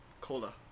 Cola